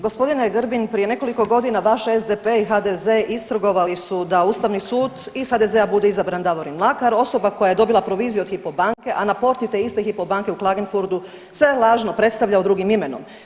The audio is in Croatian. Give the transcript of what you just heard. G. Grbin, prije nekoliko godina, vaš SDP i HDZ istrgovali su da Ustavni sud iz HDZ-a bude izabran Davorin Mlakar, osoba koja je dobila proviziju od Hypo banke, a na porti te iste Hypo banke u Klagenfurtu se lažno predstavljao drugim imenom.